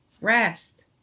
rest